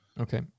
Okay